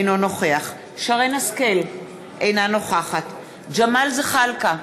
אינו נוכח שרן השכל, אינה נוכחת ג'מאל זחאלקה,